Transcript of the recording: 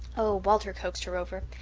oh, walter coaxed her over.